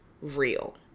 real